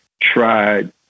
tried